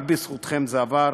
רק בזכותכן זה עבר,